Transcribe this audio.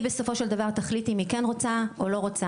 בסופו של דבר תחליט אם היא כן רוצה או לא רוצה,